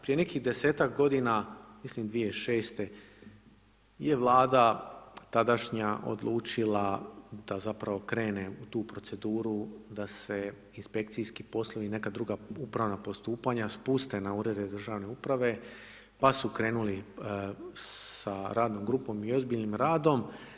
Prije nekih 10-tak g. mislim 2006.-te je Vlada tadašnja odlučila da zapravo krene u tu proceduru da se inspekcijski poslovi, neka druga upravna postupanja spuste na Urede državne uprave, pa su krenuli sa radnom grupom i ozbiljnim radom.